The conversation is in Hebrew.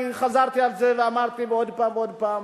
אני חזרתי על זה ואמרתי עוד פעם ועוד פעם: